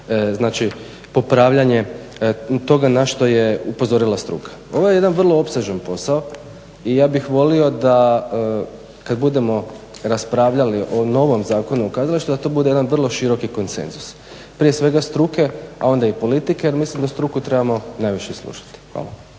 bile popravljanje toga na što je upozorila struka. Ovo je jedan vrlo opsežan posao i ja bih volio da kada budemo raspravljali o novom Zakonu o kazalištu da to bude jedan vrlo široki konsenzus, prije svega struke, a onda i politike jer mislim da struku trebamo najviše slušati. Hvala.